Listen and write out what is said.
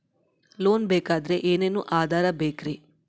Loan ಬೇಕಾದ್ರೆ ಏನೇನು ಆಧಾರ ಬೇಕರಿ?